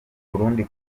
burundi